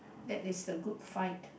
that is a Good Fight